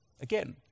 Again